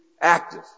active